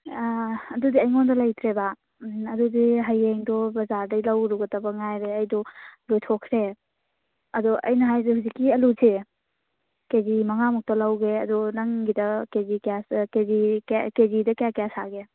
ꯑꯥ ꯑꯗꯨꯗꯤ ꯑꯩꯉꯣꯟꯗ ꯂꯩꯇ꯭ꯔꯦꯕ ꯑꯗꯨꯗꯤ ꯍꯌꯦꯡꯗꯣ ꯕꯖꯥꯔꯗꯩ ꯂꯧꯔꯨꯒꯗꯕ ꯉꯥꯏꯔꯦ ꯑꯩꯗꯨ ꯂꯣꯏꯊꯣꯛꯈ꯭ꯔꯦ ꯑꯗꯣ ꯑꯩꯅ ꯍꯥꯏꯁꯦ ꯍꯧꯖꯤꯛꯀꯤ ꯑꯂꯨꯁꯦ ꯀꯦꯖꯤ ꯃꯉꯥꯃꯨꯛꯇ ꯂꯧꯒꯦ ꯑꯗꯨ ꯅꯪꯒꯤꯗ ꯀꯦꯖꯤ ꯀꯦꯖꯤ ꯀꯦꯖꯤꯗ ꯀꯌꯥ ꯀꯌꯥ ꯁꯥꯒꯦ